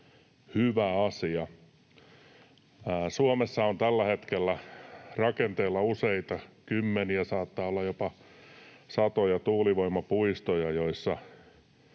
hyvä asia. Suomessa on tällä hetkellä rakenteilla useita kymmeniä, saattaa olla jopa satoja tuulivoimapuistoja, joita